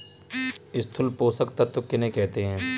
स्थूल पोषक तत्व किन्हें कहते हैं?